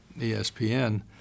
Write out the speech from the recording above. ESPN